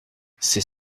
c’est